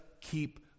keep